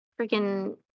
freaking